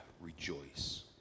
rejoice